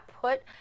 put